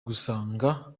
musaga